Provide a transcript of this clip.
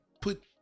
Put